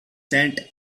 tent